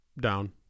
down